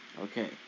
Okay